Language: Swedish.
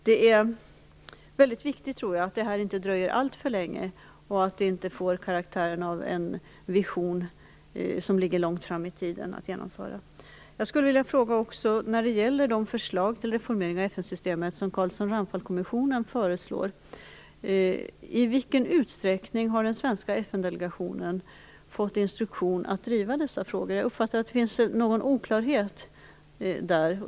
Det är väldigt viktigt, tror jag, att det här inte dröjer alltför länge och att det inte får karaktären av en vision, vars genomförande ligger långt fram i tiden. Jag skulle också vilja ställa en fråga när det gäller de förslag till reformering av FN-systemet som Carlsson-Ramphal-kommissionen föreslår: I vilken utsträckning har den svenska FN-delegationen fått instruktion att driva dessa frågor? Jag uppfattade att det finns någon oklarhet där.